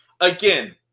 again